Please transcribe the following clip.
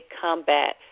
Combat